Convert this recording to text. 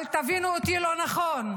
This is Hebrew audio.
אל תבינו אותי לא נכון,